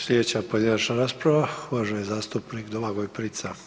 Slijedeća pojedinačna rasprava, uvaženi zastupnik Domagoj Prica.